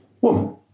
woman